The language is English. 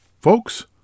Folks